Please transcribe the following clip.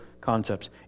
concepts